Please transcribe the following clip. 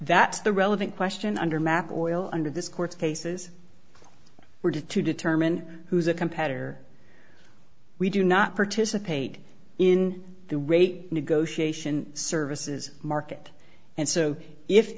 that the relevant question under map of oil under this court's cases were due to determine who's a competitor we do not participate in the rate negotiation services market and so if